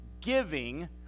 giving